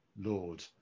Lord